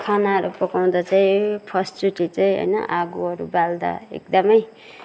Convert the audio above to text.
खानाहरू पकाउँदा चाहिँ फर्स्टचोटी चाहिँ होइन आगोहरू बाल्दा एकदमै